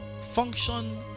function